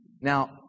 Now